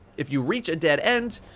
if you reach a dead end,